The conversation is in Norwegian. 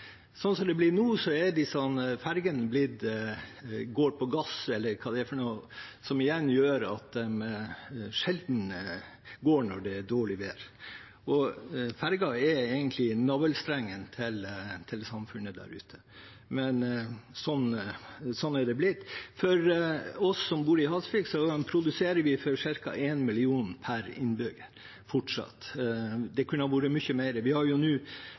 på gass, og det gjør at de sjelden går når det er dårlig vær. Fergen er navlestrengen til samfunnet der ute. Men slik har det blitt. Vi som bor i Hasvik, produserer for ca. 1 mill. kr per innbygger fortsatt. Det kunne ha vært mye mer. Vi har